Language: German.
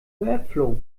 workflow